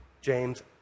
James